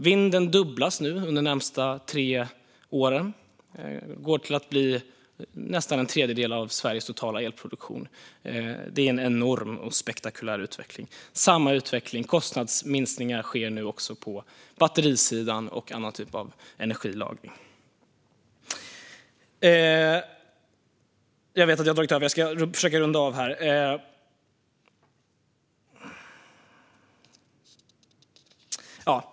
Vindkraften dubblas under de närmaste tre åren och går till att omfatta nästan en tredjedel av Sveriges totala elproduktion. Det är en enorm och spektakulär utveckling. Samma utveckling och kostnadsminskningar sker nu också på batterisidan och för andra typer av energilagring. Jag har dragit över min talartid och ska försöka att runda av.